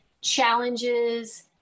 challenges